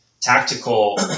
tactical